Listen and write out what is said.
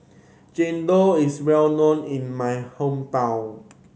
chendol is well known in my hometown